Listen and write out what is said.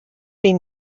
been